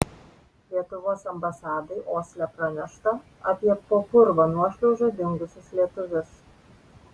lietuvos ambasadai osle pranešta apie po purvo nuošliauža dingusius lietuvius